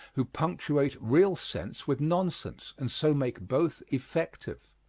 who punctuate real sense with nonsense, and so make both effective.